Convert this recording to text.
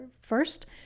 first